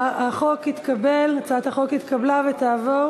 11. הצעת החוק התקבלה ותעבור